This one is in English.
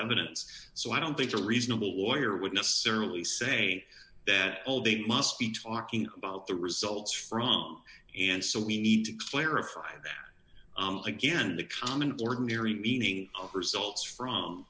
evidence so i don't think a reasonable lawyer would necessarily say that all they must be talking about the results from and so we need to clarify again the common ordinary meaning of results from